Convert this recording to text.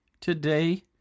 today